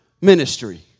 ministry